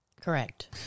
correct